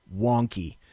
wonky